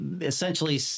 essentially